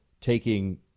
taking